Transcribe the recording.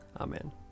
Amen